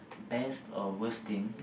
best or worst thing